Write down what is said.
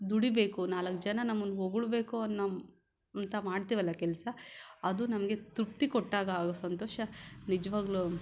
ದುಡೀಬೇಕು ನಾಲ್ಕು ಜನ ನಮ್ಮನ್ನು ಹೊಗಳಬೇಕು ಅನ್ನೋ ಅಂತ ಮಾಡ್ತೀವಲ್ಲ ಕೆಲಸ ಅದು ನಮಗೆ ತೃಪ್ತಿ ಕೊಟ್ಟಾಗ ಆಗುವ ಸಂತೋಷ ನಿಜವಾಗಲೂ